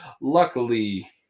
Luckily